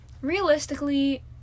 realistically